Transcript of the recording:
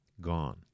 gone